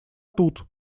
тут